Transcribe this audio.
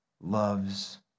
loves